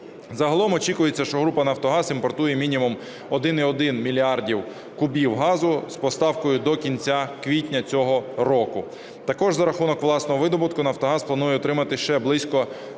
Загалом очікується, що група "Нафтогаз" імпортує мінімум 1,1 мільярда кубів газу з поставкою до кінця квітня цього року. Також за рахунок власного видобутку Нафтогаз планує отримати ще близько